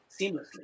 seamlessly